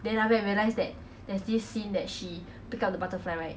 then after that realise that there's this scene that she picked up the butterfly right